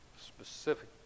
specific